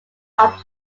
armed